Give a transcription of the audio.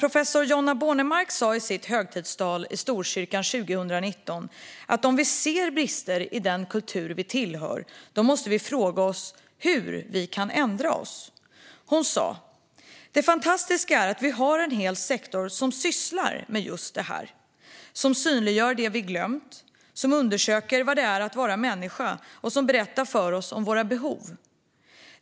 Professor Jonna Bornemark sa i sitt högtidstal i Storkyrkan 2019 att om vi ser brister i den kultur vi tillhör måste vi fråga oss hur vi kan ändra oss. Hon sa: Det fantastiska är att vi har en hel sektor som sysslar med just det här - som synliggör det vi glömt, som undersöker vad det är att vara människa och som berättar för oss om våra behov.